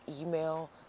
email